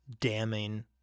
damning